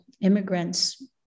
immigrants